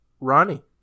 Ronnie